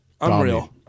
Unreal